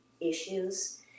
issues